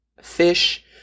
fish